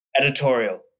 Editorial